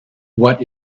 what